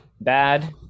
bad